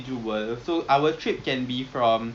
a'ah eh dekat A_M_K hub ada kan